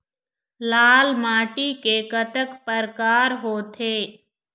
लाल माटी के कतक परकार होथे?